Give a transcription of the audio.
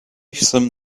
some